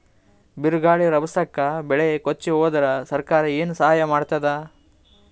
ಬಿರುಗಾಳಿ ರಭಸಕ್ಕೆ ಬೆಳೆ ಕೊಚ್ಚಿಹೋದರ ಸರಕಾರ ಏನು ಸಹಾಯ ಮಾಡತ್ತದ?